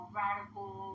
radical